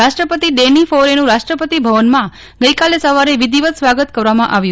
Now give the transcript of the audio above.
રાષ્ટ્રપતિ ડેની ફૌરેનું રાષ્ટ્રપતિ ભવનમાં ગઇકાલ સવારે વિધિવત સ્વાગત કરવામાં આવ્યું